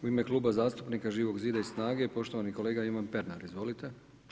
U ime Kluba zastupnika Živog zida i SNAGA-e poštovani kolega Ivan Pernar, izvolite.